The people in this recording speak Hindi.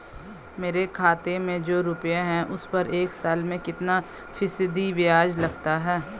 मेरे खाते में जो रुपये हैं उस पर एक साल में कितना फ़ीसदी ब्याज लगता है?